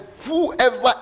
whoever